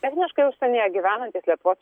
techniškai užsienyje gyvenantys lietuvos